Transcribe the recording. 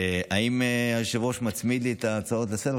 האם היושב-ראש מצמיד לי את ההצעות לסדר-היום,